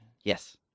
Yes